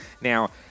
Now